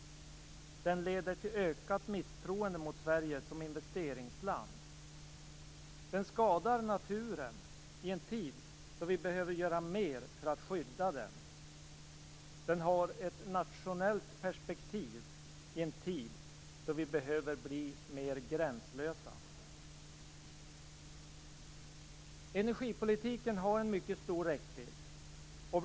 Den leder till ökat misstroende mot Sverige som investeringsland. Den skadar naturen i en tid då vi behöver göra mer för att skydda den. Den har ett nationellt perspektiv i en tid då vi behöver bli mer gränslösa. Energipolitiken har en mycket stor räckvidd.